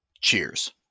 Cheers